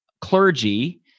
clergy